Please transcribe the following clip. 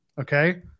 okay